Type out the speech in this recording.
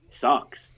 sucks